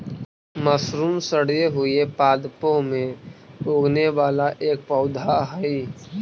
mushroom सड़े हुए पादपों में उगने वाला एक पौधा हई